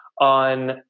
on